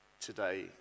today